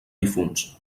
difunts